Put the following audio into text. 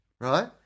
right